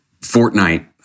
Fortnite